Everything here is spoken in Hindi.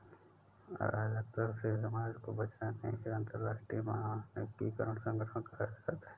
अराजकता से समाज को बचाने हेतु अंतरराष्ट्रीय मानकीकरण संगठन कार्यरत है